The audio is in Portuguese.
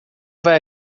vai